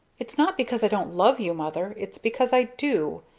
it's not because i don't love you, mother. it's because i do.